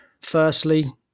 firstly